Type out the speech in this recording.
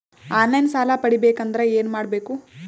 On line ಸಾಲ ಪಡಿಬೇಕಂದರ ಏನಮಾಡಬೇಕು?